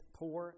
poor